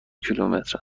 کیلومتر